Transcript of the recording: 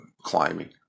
climbing